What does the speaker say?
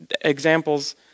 examples